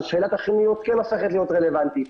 אז שאלת החיוניות כן הופכת רלבנטית,